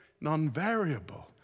non-variable